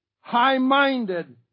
high-minded